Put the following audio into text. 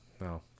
no